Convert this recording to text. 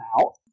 out